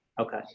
Okay